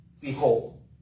Behold